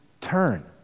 turn